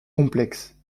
complexe